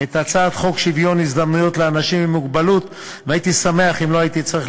את הצעת חוק שוויון זכויות לאנשים עם מוגבלות (תיקון מס' 13),